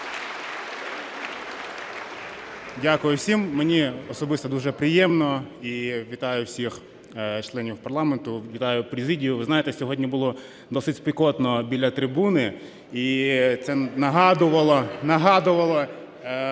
Дякую всім. Мені особисто дуже приємно. Вітаю всіх членів парламенту, вітаю президію! Ви знаєте, сьогодні було досить спекотно біля трибуни і це нагадувало спортивні